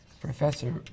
Professor